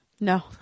No